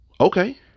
Okay